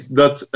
dat